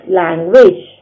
language